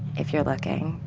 if you're looking.